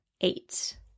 eight